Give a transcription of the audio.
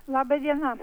laba diena